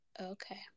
Okay